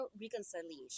reconciliation